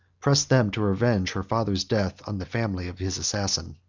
pressed them to revenge her father's death on the family of his assassin.